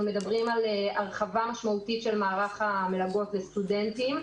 אנחנו מדברים על הרחבה משמעותית של מערך המלגות לסטודנטים.